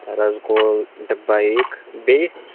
رَسگول ڈبہ ایک بیٚیہِ